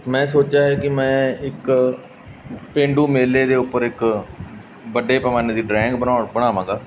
ਮੈਂ ਸੋਚਿਆ ਹੈ ਕਿ ਮੈਂ ਇੱਕ ਪੇਂਡੂ ਮੇਲੇ ਦੇ ਉੱਪਰ ਇੱਕ ਵੱਡੇ ਪੈਮਾਨੇ ਦੀ ਡਰਾਇੰਗ ਬਣਾ ਬਣਾਵਾਂਗਾ